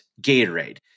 Gatorade